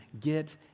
Get